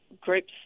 groups